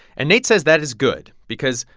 and nate says that is good because,